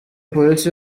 polisi